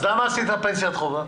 אז למה עשית פנסיית חובה?